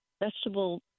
vegetable